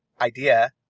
idea